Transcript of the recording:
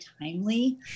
timely